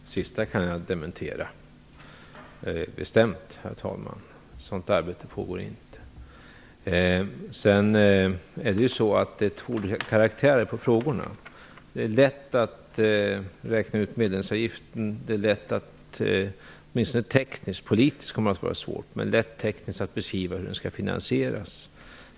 Herr talman! Det sista kan jag bestämt dementera. Ett sådant arbete pågår inte. Vidare har frågorna olika karaktär. Det är lätt att räkna ut medlemsavgiften. Politiskt kommer det att vara svårt, men det är åtminstone tekniskt lätt att beskriva hur det skall finansieras.